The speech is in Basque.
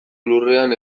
lurrean